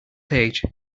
page